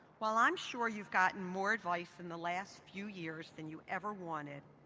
while i'm sure you've gotten more advice in the last few years than you ever wanted,